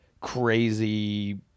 crazy